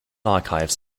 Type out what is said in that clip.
archives